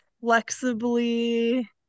flexibly